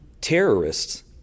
Terrorists